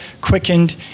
quickened